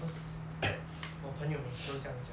cause 我朋友每次都这样讲